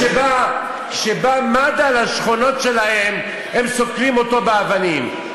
אפילו כשבא מד"א לשכונות שלהם הם סוקלים אותו באבנים,